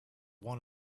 one